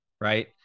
right